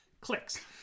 clicks